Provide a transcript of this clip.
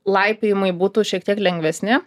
laipiojimai būtų šiek tiek lengvesni